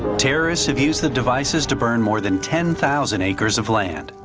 terrorists have used the devices to burn more than ten thousand acres of land.